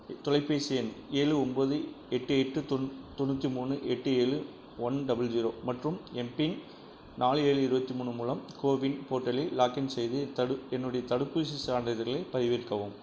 தொலைபேசி எண் ஏழு ஒம்பது எட்டு எட்டு தொண் தொண்ணூற்றி மூணு எட்டு ஏழு ஒன் டபுள் ஜீரோ மற்றும் எம்பின் நாலு ஏழு இருபத்தி மூணு மூலம் கோவின் போர்ட்டலில் லாக்இன் செய்து தடு என்னுடைய தடுப்பூசி சான்றிதழை பதிவிறக்கவும்